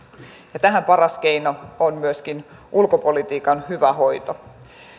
ja tähän paras keino on ulkopolitiikan hyvä hoito